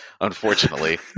unfortunately